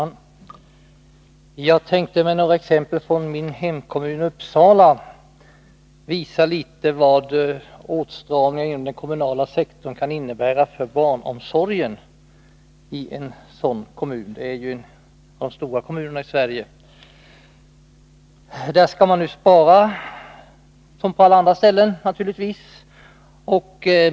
Fru talman! Jag skall med några exempel från min hemkommun Uppsala visa litet av vad åtstramningen inom den kommunala sektorn kan innebära för barnomsorgen i en sådan kommun. Det är en av de stora kommunerna i Sverige. Där skall man naturligtvis, som på alla andra ställen, spara.